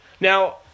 Now